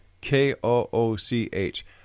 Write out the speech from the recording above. K-O-O-C-H